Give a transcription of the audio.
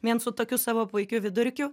vien su tokiu savo puikiu vidurkiu